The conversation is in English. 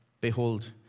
behold